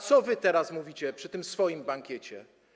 Co wy teraz mówicie przy tym swoim bankiecie?